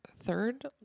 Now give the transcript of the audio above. third